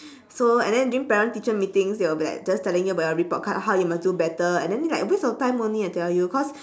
so and then during parent teacher meetings they will be like just telling you about your report card how you must do better and then you like waste of time only I tell you cause